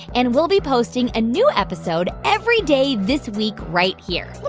and we'll be posting a new episode every day this week, right here